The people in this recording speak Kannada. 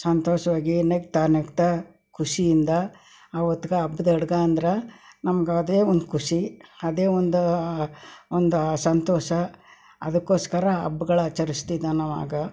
ಸಂತೋಷವಾಗಿ ನಗುತ್ತಾ ನಗುತ್ತಾ ಖುಷಿಯಿಂದ ಆವತ್ಗೆ ಹಬ್ಬದ ಅಡ್ಗೆ ಅಂದ್ರೆ ನಮ್ಗೆ ಅದೇ ಒಂದು ಖುಷಿ ಅದೇ ಒಂದು ಒಂದು ಸಂತೋಷ ಅದಕ್ಕೋಸ್ಕರ ಹಬ್ಬಗಳು ಆಚರಿಸ್ತೀವಿ ನಾವು ಆವಾಗ